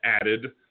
added